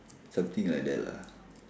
something like that lah